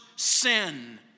sin